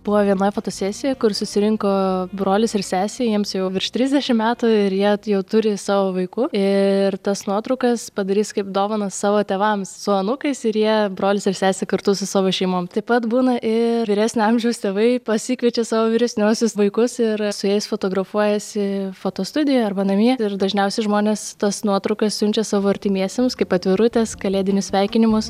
buvo vienoj fotosesijoj kur susirinko brolis ir sesė jiems jau virš trisdešim metų ir jie jau turi savo vaikų ir tas nuotraukas padarys kaip dovaną savo tėvams su anūkais ir jie brolis ir sesė kartu su savo šeimom taip pat būna ir vyresnio amžiaus tėvai pasikviečia savo vyresniuosius vaikus ir su jais fotografuojasi fotostudijoj arba namie ir dažniausiai žmonės tas nuotraukas siunčia savo artimiesiems kaip atvirutes kalėdinius sveikinimus